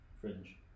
Fringe